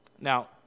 Now